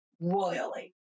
royally